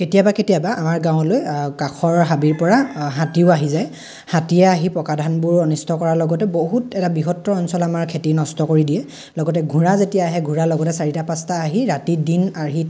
কেতিয়াবা কেতিয়াবা আমাৰ গাঁৱলৈ কাষৰ হাবিৰপৰা হাতীও আহি যায় হাতীয়ে আহি পকা ধানবোৰ অনিষ্ট কৰাৰ লগতে বহুত এটা বৃহত্তৰ অঞ্চল আমাৰ খেতি নষ্ট কৰি দিয়ে লগতে ঘোঁৰা যেতিয়া আহে ঘোঁৰাৰ লগতে চাৰিটা পাঁচটা আহি ৰাতি দিন আহি